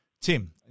Tim